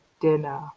dinner